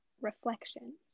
reflection